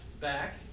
back